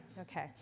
Okay